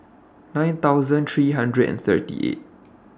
nine thousand three hundred and thirty eight